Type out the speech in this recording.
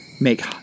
make